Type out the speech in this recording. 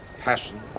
passion